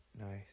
Nice